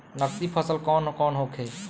नकदी फसल कौन कौनहोखे?